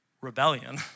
rebellion